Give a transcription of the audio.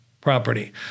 property